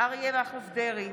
אריה מכלוף דרעי,